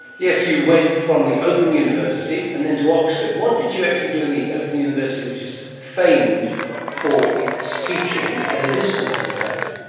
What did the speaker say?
yes, you went from the open university and then to oxford. what did you actually do in the open university, which is famed for its teaching at a distance in fact?